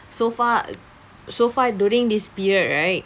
so far so far during this period right